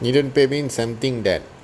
needn't pay means something that